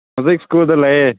ꯍꯧꯖꯤꯛ ꯁ꯭ꯀꯨꯜꯗ ꯂꯩꯌꯦ